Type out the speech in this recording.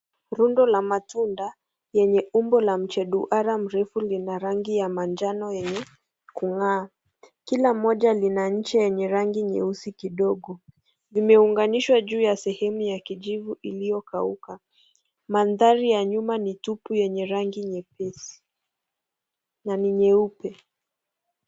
Lundo la matunda, yenye umbo la mche duara ,mrefu lina rangi ya manjano yenye kung'aa. Kila moja lina mche yenye rangi nyeusi kidogo. Imeunganishwa juu ya sehemu ya kijivu iliyokauka. Mandhari ya nyuma, ni tupu yenye rangi nyepesi, na ni nyeupe.